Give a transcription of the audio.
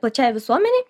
plačiajai visuomenei